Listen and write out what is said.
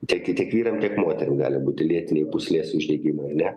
čia kai tik vyram tiek moterim gali būti lėtiniai pūslės uždegimai ane